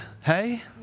hey